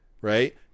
Right